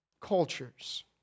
cultures